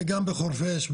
גם בחורפיש,